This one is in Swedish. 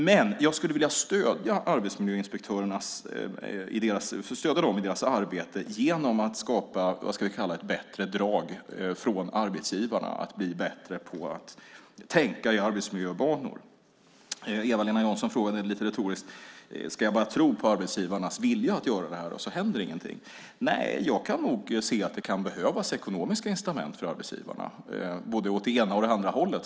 Men jag skulle vilja stödja arbetsmiljöinspektörerna i deras arbete genom att skapa ett bättre drag från arbetsgivarna att bli bättre på att tänka i arbetsmiljöbanor. Eva-Lena Jansson frågade lite retoriskt: Ska jag bara tro på arbetsgivarnas vilja att göra det här, och så händer ingenting? Nej, jag kan nog se att det behövs ekonomiska incitament för arbetsgivarna, både åt det ena och åt det andra hållet.